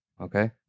okay